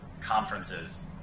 conferences